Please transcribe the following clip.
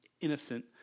innocent